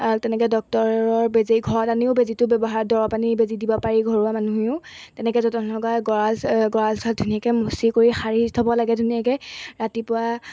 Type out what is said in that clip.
তেনেকৈ ডক্তৰৰ বেজী ঘৰত আনিও বেজীটো ব্যৱহাৰ দৰৱ আনি বেজী দিব পাৰি ঘৰুৱা মানুহেও তেনেকৈ যতন লগাই গৰা গৰাঁল চৰাল ধুনীয়াকৈ মচি কৰি সাৰি থ'ব লাগে ধুনীয়াকৈ ৰাতিপুৱা